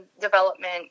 development